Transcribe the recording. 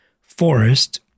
forest